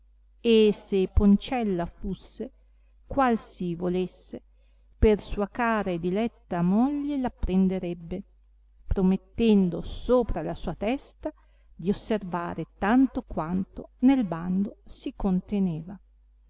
e se poncella fusse qual si volesse per sua cara e diletta moglie l apprenderebbe promettendo sopra la sua testa di osservare tanto quanto nel bando si conteneva